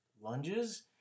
lunges